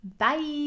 Bye